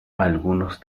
algunos